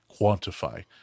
quantify